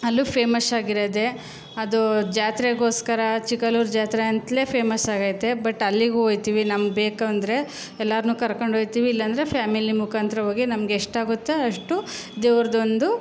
ಅಲ್ಲೂ ಫೇಮಶ್ಶಾಗಿರೋದೇ ಅದು ಜಾತ್ರೆಗೋಸ್ಕರ ಚಿಕ್ಕಲ್ಲೂರು ಜಾತ್ರೆ ಅಂತಲೇ ಫೇಮಸ್ಸಾಗೈತೆ ಬಟ್ ಅಲ್ಲಿಗೂ ಹ ಹೋಗ್ತೀವಿ ನಮ್ಗೆ ಬೇಕೆಂದ್ರೆ ಎಲ್ಲರನ್ನೂ ಕರ್ಕೊಂಡೋಗ್ತೀವಿ ಇಲ್ಲ ಅಂದ್ರೆ ಫ್ಯಾಮಿಲಿ ಮುಖಾಂತ್ರ ಹೋಗಿ ನಮಗೆಷ್ಟಾಗುತ್ತೋ ಅಷ್ಟು ದೇವರ್ದೊಂದು